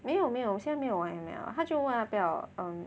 没有没有现在没有玩 M_L 他就换掉 um